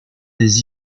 des